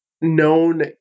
known